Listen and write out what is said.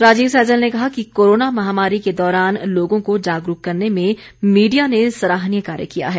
राजीव सैजल ने कहा कि कोरोना महामारी के दौरान लोगों को जागरूक करने में मीडिया ने सराहनीय कार्य किया है